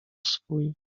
swój